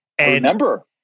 Remember